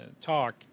talk